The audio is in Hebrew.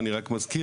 אני רק מזכיר,